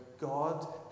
God